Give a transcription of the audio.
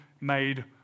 made